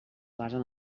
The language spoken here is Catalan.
basen